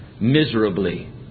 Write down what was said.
miserably